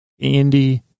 Andy